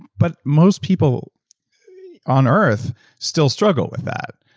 but most people on earth still struggle with that,